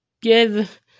Give